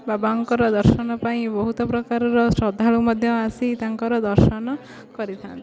ବାବାଙ୍କର ଦର୍ଶନ ପାଇଁ ବହୁତ ପ୍ରକାରର ଶ୍ରଦ୍ଧାଳୁ ମଧ୍ୟ ଆସି ତାଙ୍କର ଦର୍ଶନ କରିଥାନ୍ତି